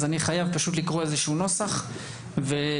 אני חייב לקרוא נוסח ולהודיע.